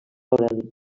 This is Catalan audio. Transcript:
aureli